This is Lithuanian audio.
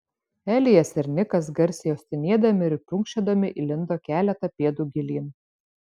elijas ir nikas garsiai uostinėdami ir prunkščiodami įlindo keletą pėdų gilyn